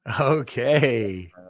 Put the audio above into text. Okay